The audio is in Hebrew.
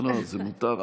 לא, זה מותר.